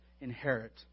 inherit